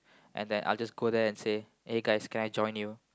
and then I'll just go there and say eh guys can I join you